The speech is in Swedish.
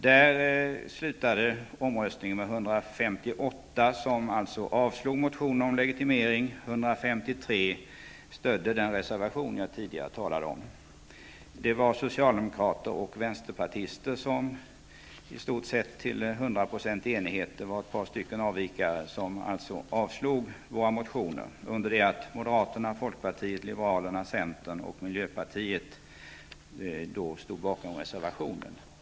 Omröstningen slutade då med 158 för avslag på reservationen med anledning av motionen om legitimering. 153 stödde denna reservation. Det var socialdemokrater och vänsterpartister som i stort sett i full enighet röstade för avslag. Moderaterna, folkpartisterna, centerpartisterna och miljöpartisterna stod däremot bakom reservationen.